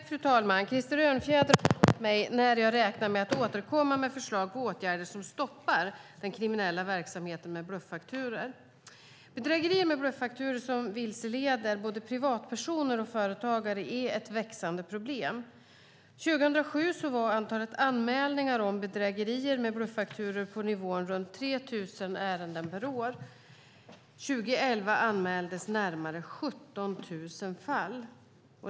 Fru talman! Krister Örnfjäder har frågat mig när jag räknar med att återkomma med förslag på åtgärder som stoppar den kriminella verksamheten med bluffakturor. Bedrägerier med bluffakturor som vilseleder både privatpersoner och företagare är ett växande problem. År 2007 var antalet anmälningar om bedrägerier med bluffakturor på nivån runt 3 000 ärenden per år, 2011 anmäldes närmare 17 000 fall.